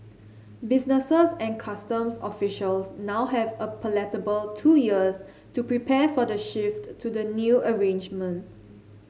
businesses and customs officials now have a palatable two years to prepare for the shift to the new arrangement